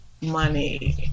money